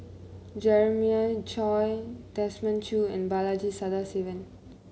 Jeremiah Choy Desmond Choo and Balaji Sadasivan